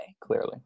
clearly